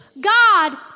God